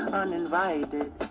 uninvited